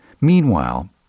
Meanwhile